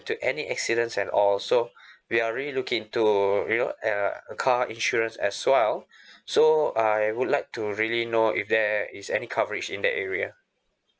into any accidents at all so we are really looking to you know uh a car insurance as well so I would like to really know if there is any coverage in that area